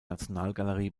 nationalgalerie